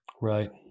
right